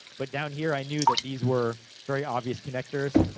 but, down here, i knew that these were very obvious connectors,